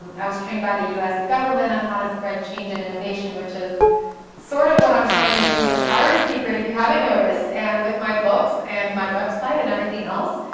i was tried by the us government on how to spread change and innovation which is sort of what i'm trying to do with the thyroid secret, if you haven't noticed, and with my books, and my website, and everything else,